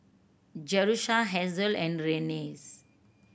Jerusha Hasel and Renae's